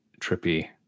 trippy